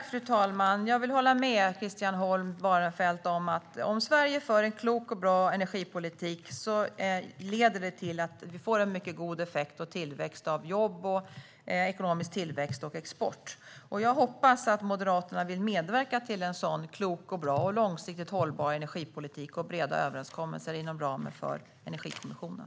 Fru talman! Jag vill hålla med Christian Holm Barenfeld: Om Sverige för en klok och bra energipolitik leder det till att vi får en mycket god effekt och tillväxt av jobb, ekonomi och export. Jag hoppas att Moderaterna vill medverka till en sådan klok, bra och långsiktigt hållbar energipolitik och till breda överenskommelser inom ramen för Energikommissionen.